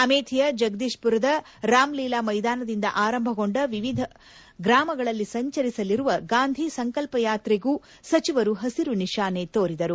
ಅಮೆಥಿಯ ಜಗದೀಶ್ಪುರದ ರಾಂಲಿಲಾ ಮೈದಾನದಿಂದ ಆರಂಭಗೊಂಡು ವಿವಿಧ ಗ್ರಾಮಗಳಲ್ಲಿ ಸಂಚರಿಸಲಿರುವ ಗಾಂಧಿ ಸಂಕಲ್ಪ ಪಾದಯಾತ್ರೆಗೂ ಸಚಿವರು ಹಸಿರು ನಿಶಾನೆ ತೋರಿದರು